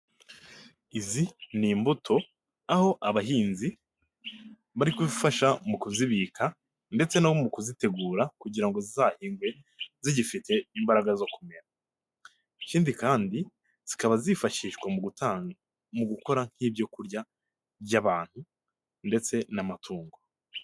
Izi ni imbuto aho abahinzi bari kuzifasha mu kuzibika ndetse no mu kuzitegura kugira ngo zizahingwe zigifite imbaraga zo kumera, ikindi kandi zikaba zifashishwa mu mu gukora nk'ibyokurya by'abantu ndetse n'amatungo.